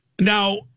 Now